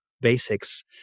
basics